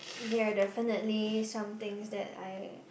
there are definitely somethings that I